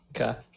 Okay